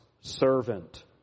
servant